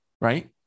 right